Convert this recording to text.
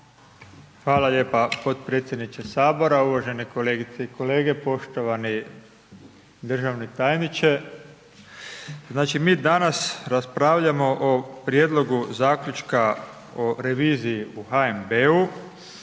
Hvala lijepa potpredsjedniče HS, uvažene kolegice i kolege, poštovani državni tajniče, znači, mi danas raspravljamo o prijedlogu zaključka o reviziji u HNB-u.